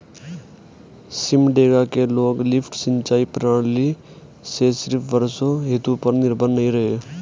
सिमडेगा के लोग लिफ्ट सिंचाई प्रणाली से सिर्फ वर्षा ऋतु पर निर्भर नहीं रहे